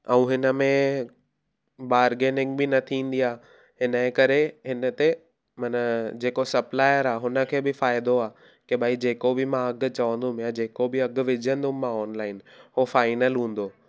ऐं हिन में बार्गेनिंग बि न थींदी आहे इन जे करे हिन ते माना जेको सप्लायर आहे हुन खे बि फ़ाइदो आहे की भाई जेको बि मां अघु चवंदुमि या जेको बि अघु विझंदुमि मां ऑनलाइन उहो फाइनल हूंदो